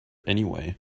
anyway